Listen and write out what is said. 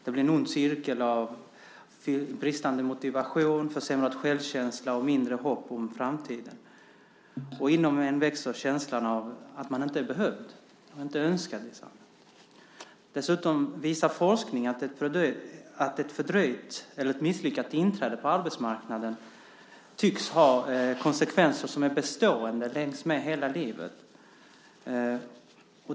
Det blir en ond cirkel av bristande motivation, försämrad självkänsla och mindre hopp om framtiden. Inom en växer känslan av att man inte är behövd och inte önskad i samhället. Dessutom visar forskningen att ett fördröjt eller ett misslyckat inträde på arbetsmarknaden tycks ha konsekvenser som är bestående längs med hela livet.